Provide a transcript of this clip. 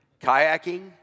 Kayaking